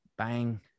bang